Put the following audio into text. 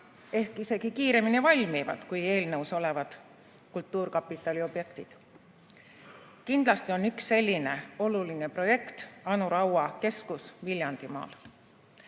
ehk isegi kiiremini valmivad kui eelnõus olevad kultuurkapitali objektid. Kindlasti on üks selline oluline projekt Anu Raua keskus Viljandimaal. Nendele